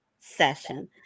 session